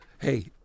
Hey